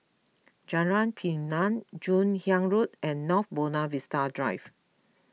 Jalan Pinang Joon Hiang Road and North Buona Vista Drive